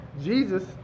Jesus